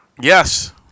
Yes